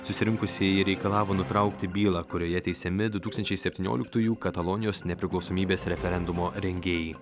susirinkusieji reikalavo nutraukti bylą kurioje teisiami du tūkstančiai septynioliktųjų katalonijos nepriklausomybės referendumo rengėjai